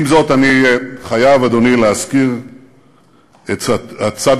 ניכרים מתחים עמוקים המפלגים את החברה